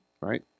right